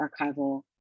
archival